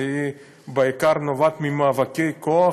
שבעיקר נובעת ממאבקי כוח